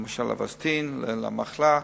למשל "אווסטין", למחלה.